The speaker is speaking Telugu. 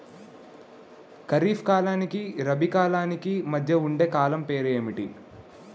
ఖరిఫ్ కాలానికి రబీ కాలానికి మధ్య ఉండే కాలం పేరు ఏమిటి?